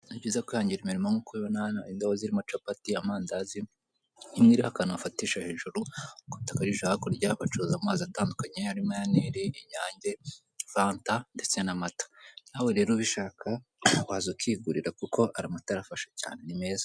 Ni byiza kwihangira imirimo nk'uko ubibona hano indobo zirimo capati, amandazi, imwe iriho ahantu bafatisha hejuru, kubita akajisho hakurya bacuruza amazi atandukanye harimo aya Niri, Inyange, fanta ndetse n'amata, nawe rero ubishaka waza ukigurira kuko aya mata arafasha cyane ni meza.